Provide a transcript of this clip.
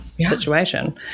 situation